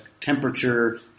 temperature